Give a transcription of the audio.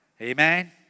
Amen